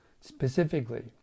Specifically